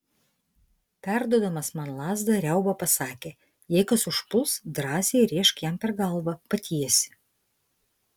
perduodamas man lazdą riauba pasakė jei kas užpuls drąsiai rėžk jam per galvą patiesi